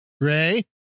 ray